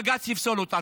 בג"ץ יפסול אותה.